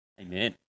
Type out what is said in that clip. Amen